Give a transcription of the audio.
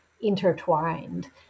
intertwined